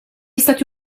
stati